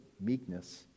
meekness